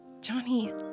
Johnny